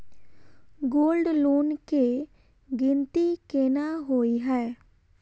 Gold loan केँ गिनती केना होइ हय?